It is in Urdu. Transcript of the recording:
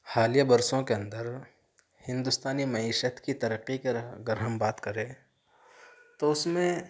حالیہ برسوں کے اندر ہندوستانی معیشت کی ترقی کا اگر ہم بات کریں تو اُس میں